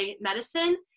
medicine